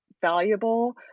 valuable